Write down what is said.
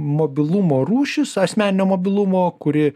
mobilumo rūšis asmeninio mobilumo kuri